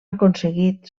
aconseguit